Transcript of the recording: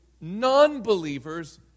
non-believers